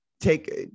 take